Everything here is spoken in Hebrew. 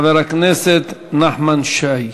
חבר הכנסת נחמן שי.